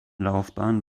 laufbahn